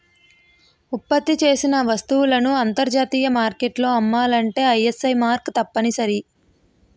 ఉత్పత్తి చేసిన వస్తువులను అంతర్జాతీయ మార్కెట్లో అమ్మాలంటే ఐఎస్ఐ మార్కు తప్పనిసరి